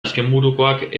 azkenburukoak